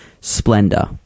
splendor